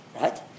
Right